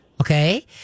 Okay